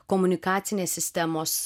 komunikacinės sistemos